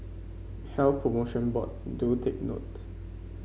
Health Promotion Board do take note